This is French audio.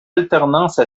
alternance